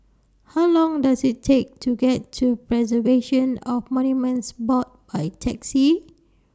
How Long Does IT Take to get to Preservation of Monuments Board By Taxi